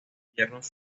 inviernos